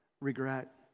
regret